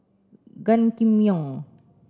Gan Kim Yong